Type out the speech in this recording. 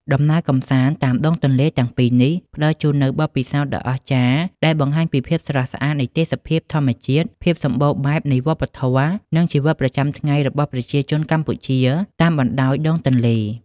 ដំណើរកម្សាន្តតាមដងទន្លេទាំងពីរនេះ ផ្តល់ជូននូវបទពិសោធន៍ដ៏អស្ចារ្យដែលបង្ហាញពីភាពស្រស់ស្អាតនៃទេសភាពធម្មជាតិ ភាពសម្បូរបែបនៃវប្បធម៌ និងជីវិតប្រចាំថ្ងៃរបស់ប្រជាជនកម្ពុជាតាមបណ្តោយដងទន្លេ។